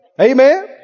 Amen